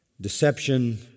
deception